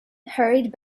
hurried